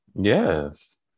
Yes